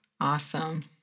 Awesome